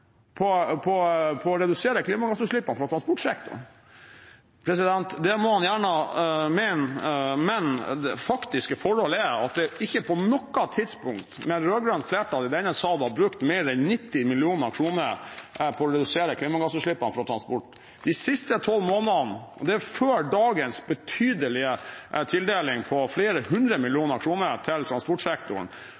på å redusere klimagassutslippene fra transportsektoren. Det må han gjerne mene, men det faktiske forholdet er at det ikke på noe tidspunkt med rød-grønt flertall i denne sal ble brukt mer enn 90 mill. kr på å redusere klimagassutslippene fra transport. De siste 12 månedene – og det er før dagens betydelige tildeling på flere